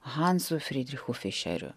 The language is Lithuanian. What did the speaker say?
hansu fridrichu fišeriu